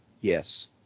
Yes